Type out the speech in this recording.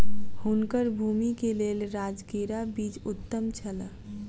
हुनकर भूमि के लेल राजगिरा बीज उत्तम छल